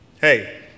Hey